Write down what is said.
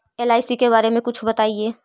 LIC के बारे मे कुछ बताई?